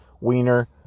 wiener